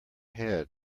head